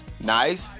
nice